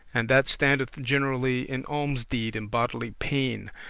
and that standeth generally in almsdeed and bodily pain.